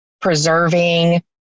preserving